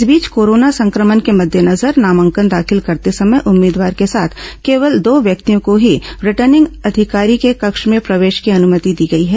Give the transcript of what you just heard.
इस बीच कोरोना संक्रमण के मद्देनजर नामांकन दाखिल करते समय उम्मीदवार के साथ केवल दो व्यक्तियों को ही रिटर्निंग अधिकारी के कक्ष में प्रवेश करने की अनुमति दी गई है